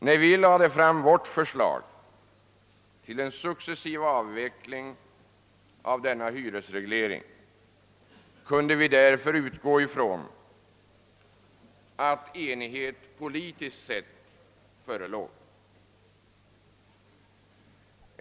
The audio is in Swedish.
När vi lade fram vårt förslag om en successiv avveckling av hyresregleringen kunde vi därför utgå från att politisk enighet förelåg.